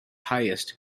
highest